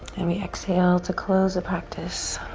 and we exhale to close a practice.